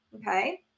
Okay